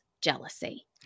jealousy